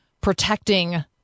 protecting